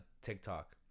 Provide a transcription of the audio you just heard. TikTok